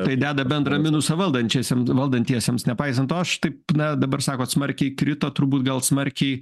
tai deda bendrą minusą valdančiesiem valdantiesiems nepaisant to aš taip na dabar sakot smarkiai krito turbūt gal smarkiai